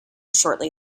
shortly